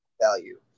value